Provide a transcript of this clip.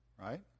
right